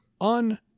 on